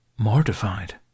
Mortified